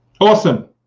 Awesome